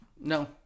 No